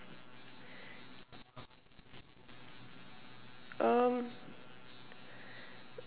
um